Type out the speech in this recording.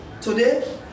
Today